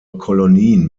kolonien